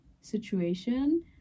situation